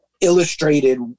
illustrated